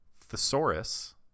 Thesaurus